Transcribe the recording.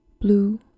blue